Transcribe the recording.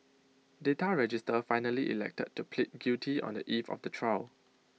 data register finally elected to plead guilty on the eve of the trial